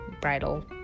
bridal